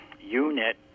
unit